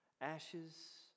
ashes